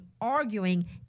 arguing